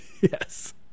Yes